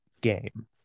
game